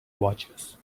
watches